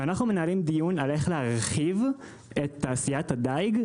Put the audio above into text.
ואנחנו מנהלים דיון על איך להרחיב את תעשיית הדיג,